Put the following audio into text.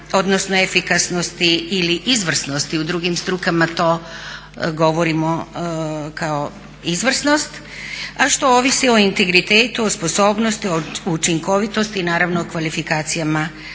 odnosno efikasnosti ili izvrsnosti. U drugim strukama to govorimo kao izvrsnost, a što ovisi o integritetu, o sposobnosti, o učinkovitosti i naravno kvalifikacijama